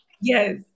Yes